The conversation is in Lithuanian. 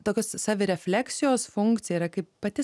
tokios savirefleksijos funkcija yra kaip pati